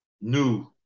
new